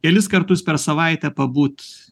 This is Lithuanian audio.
kelis kartus per savaitę pabūt